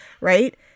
right